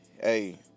hey